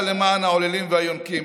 למען העוללים והיונקים.